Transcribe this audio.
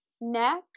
neck